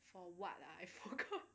for what lah I forgot